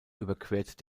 überquert